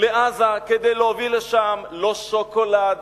לעזה כדי להוביל לשם לא שוקולד